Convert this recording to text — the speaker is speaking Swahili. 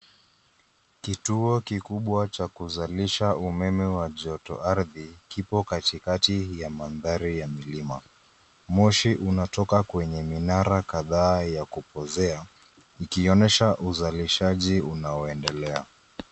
Kituo kikubwa cha kuzalisha umeme wa joto ardhi kipo katikati ya mandhari ya milima. Moshi unatoka kwenye minara kadhaa ya kupozea ikionyesha uzalishaji unaoendelea.